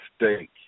mistake